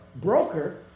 broker